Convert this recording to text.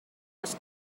was